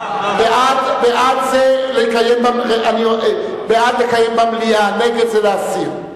בעד זה לקיים דיון במליאה, נגד זה להסיר.